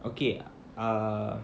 okay err